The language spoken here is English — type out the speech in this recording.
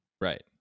Right